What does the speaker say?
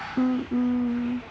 mmhmm